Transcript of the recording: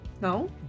no